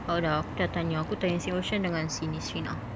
tahu dah aku dah tanya aku tanya si ocean dengan si nishreena